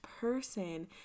person